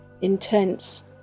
intense